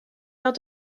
arts